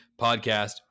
podcast